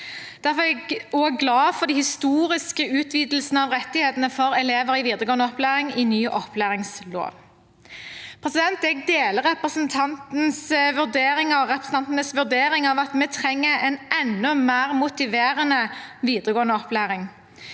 Derfor er jeg også glad for de historiske utvidelsene av rettighetene for elever i videregående opplæring i ny opplæringslov. Jeg deler representantenes vurdering av at vi trenger en enda mer motiverende videregående opplæring.